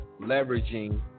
leveraging